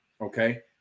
okay